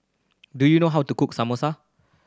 do you know how to cook Samosa